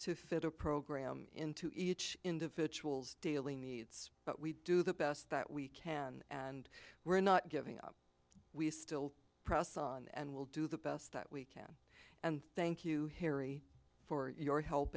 a program into each individual's daily needs but we do the best that we can and we're not giving up we still process on and we'll do the best that we can and thank you harry for your he